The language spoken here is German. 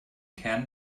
kern